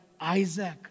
Isaac